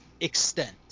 extent